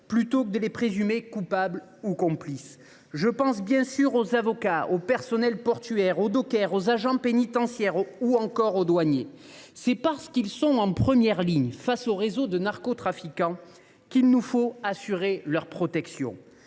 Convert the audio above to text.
plutôt que les présumer coupables ou complices. Je pense bien sûr aux avocats, au personnel des ports, aux dockers, aux agents pénitentiaires ou encore aux douaniers. C’est parce qu’ils sont en première ligne face aux réseaux de narcotrafiquants qu’il nous faut assurer leur protection.